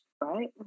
right